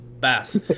bass